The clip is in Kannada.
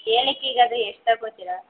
ಏಲಕ್ಕಿಗಾದರೆ ಎಷ್ಟು ತೊಗೋತೀರ